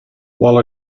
while